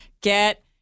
Get